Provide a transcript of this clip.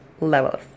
levels